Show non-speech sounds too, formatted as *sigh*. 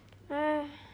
*noise*